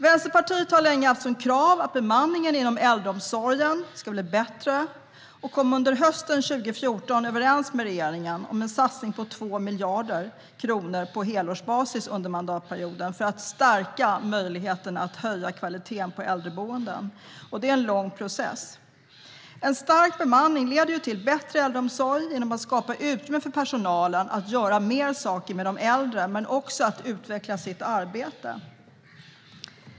Vänsterpartiet har länge haft som krav att bemanningen inom äldreomsorgen ska bli bättre, och under hösten 2014 kom vi överens med regeringen om en satsning på 2 miljarder kronor på helårsbasis under mandatperioden för att stärka möjligheten att höja kvaliteten på äldreboenden, något som är en lång process. En stärkt bemanning leder till bättre äldreomsorg genom att skapa utrymme för personalen att göra mer saker med de äldre men också att utveckla arbetet.